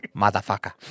Motherfucker